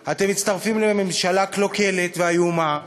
אחר, אתם מצטרפים לממשלה קלוקלת ואיומה,